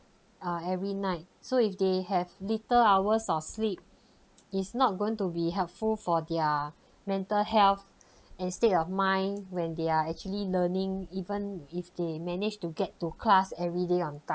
uh every night so if they have little hours of sleep is not going to be helpful for their mental health and state of mind when they are actually learning even if they manage to get to class every day on time